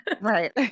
Right